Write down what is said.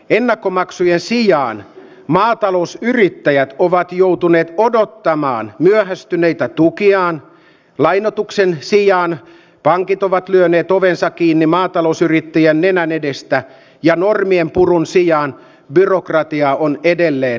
ennakkomaksujen sijaan maatalousyrittäjät ovat joutuneet odottamaan myöhästyneitä tukiaan lainotuksen sijaan pankit ovat lyöneet ovensa kiinni maatalousyrittäjän nenän edestä ja normien purun sijaan byrokratia on edelleen